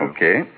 Okay